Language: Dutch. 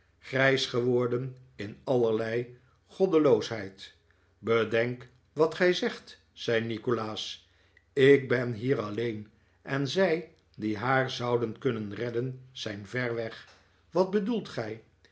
grijs geworden in allerlei goddeloosheid bedenk wat gij zegt zei nikolaas ik ben hier alleen en zij die haar zouden kunnen redden zijn ver weg wat bedoelt gij